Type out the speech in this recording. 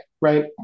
Right